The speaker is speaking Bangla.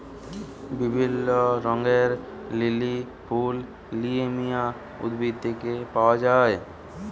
বিভিল্য রঙের লিলি ফুল লিলিয়াম উদ্ভিদ থেক্যে পাওয়া যায়